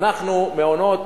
מעונות,